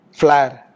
flare